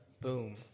Boom